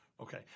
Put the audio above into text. Okay